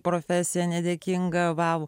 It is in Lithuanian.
profesija nedėkinga vau